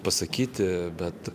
pasakyti bet